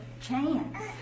chance